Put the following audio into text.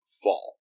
Fall